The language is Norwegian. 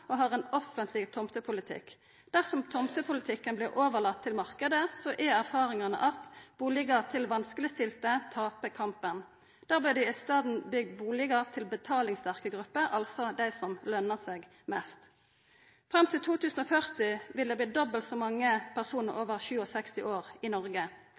og har ein offentleg tomtepolitikk. Dersom tomtepolitikken vert overlaten til marknaden, er erfaringane at bustader til vanskelegstilte tapar kampen. Da vert det i staden bygd bustader til kjøpesterke grupper – altså det som løner seg mest. Fram til 2040 vil det verta dobbelt så mange personar over 67 år i Noreg.